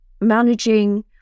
managing